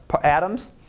atoms